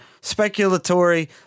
speculatory